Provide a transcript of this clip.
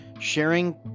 sharing